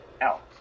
out